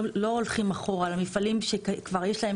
לא הולכים אחורה למפעלים שכבר יש להם